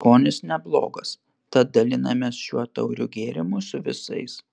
skonis neblogas tad dalinamės šiuo tauriu gėrimu su visais